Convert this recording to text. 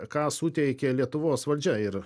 ką suteikė lietuvos valdžia ir